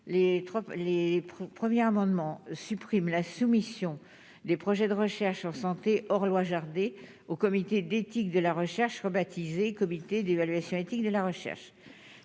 les 1er amendement supprime la soumission des projets de recherche en santé or loi Jardé au comité d'éthique de la recherche, rebaptisé comité d'évaluation éthique de la recherche,